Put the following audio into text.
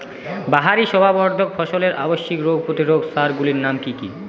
বাহারী শোভাবর্ধক ফসলের আবশ্যিক রোগ প্রতিরোধক সার গুলির নাম কি কি?